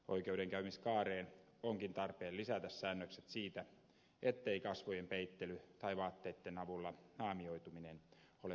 oikeudenkäymiskaareen onkin tarpeen lisätä säännökset siitä ettei kasvojen peittely tai vaatteitten avulla naamioituminen ole oikeussalissa sallittua